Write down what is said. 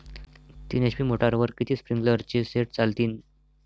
तीन एच.पी मोटरवर किती स्प्रिंकलरचे सेट चालतीन?